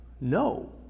No